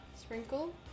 sprinkle